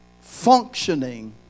functioning